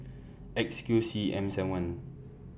X Q C M seven one